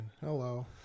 Hello